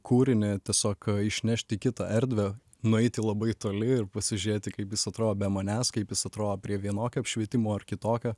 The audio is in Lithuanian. kūrinį tiesiog išnešti į kitą erdvę nueiti labai toli ir pasižiūrėti kaip jis atrodo be manęs kaip jis atrodo prie vienokio apšvietimo ar kitokio